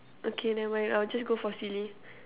okay never mind I'll just go for silly